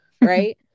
right